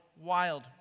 wild